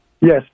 Yes